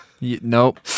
Nope